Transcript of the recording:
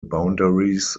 boundaries